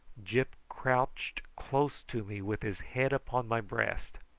gyp crouched close to me with his head upon my breast.